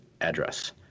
address